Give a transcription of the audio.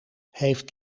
heeft